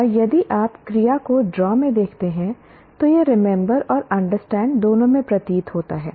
और यदि आप क्रिया को ड्रा में देखते हैं तो यह रिमेंबर और अंडरस्टैंड दोनों में प्रतीत होता है